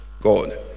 God